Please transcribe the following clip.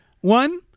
One